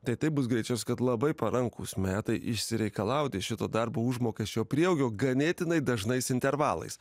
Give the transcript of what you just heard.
tai taip bus greičiausia kad labai parankūs metai išsireikalauti šito darbo užmokesčio prieaugio ganėtinai dažnais intervalais